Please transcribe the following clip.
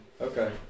Okay